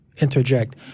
interject